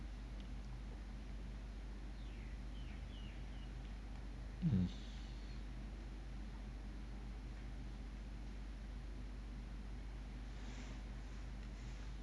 mm